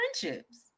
friendships